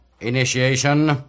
initiation